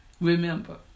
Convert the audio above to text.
Remember